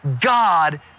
God